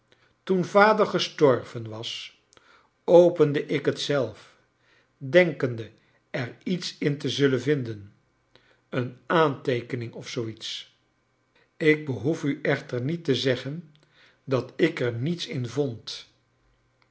toen vader gestorven was opende ik bet zelf denkende er iets in te zullen vinden een aanteekening of zoo iets ik behoef u echter niet te zcggen dat ik er niets in vond